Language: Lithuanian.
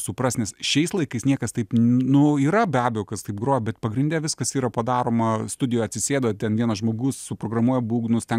suprast nes šiais laikais niekas taip nu yra be abejo kas taip grobia pagrinde viskas yra padaroma studijų atsisėdo ten vienas žmogus suprogramuoja būgnus ten